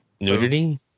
Nudity